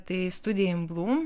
tai studija in blum